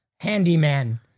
handyman